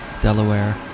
Delaware